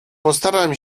postaram